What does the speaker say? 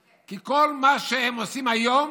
כי כל מה שהם עושים היום,